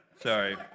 Sorry